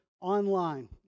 Online